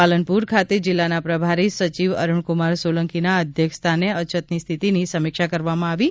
પાલનપુર ખાતે જિલ્લાના પ્રભારી સચિવ અરૂણકુમાર સોલંકીના અધ્યક્ષસ્થાને અછતની સ્થિતિની સમીક્ષા કરવામાં આવી છે